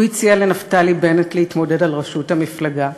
הוא הציע לנפתלי בנט להתמודד על ראשות המפלגה.